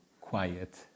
quiet